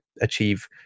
achieve